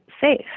SAFE